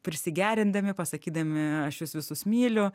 prisigerindami pasakydami aš jus visus myliu